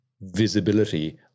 visibility